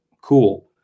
cool